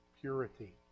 purity